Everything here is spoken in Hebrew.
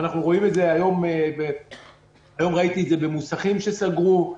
היום ראיתי את זה במוסכים שסגרו,